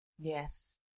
Yes